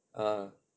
ah